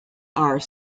are